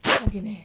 三点 leh